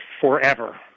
forever